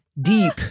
deep